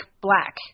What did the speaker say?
Black